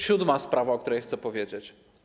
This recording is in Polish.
Siódma sprawa, o której chcę powiedzieć.